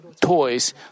toys